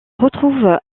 retrouve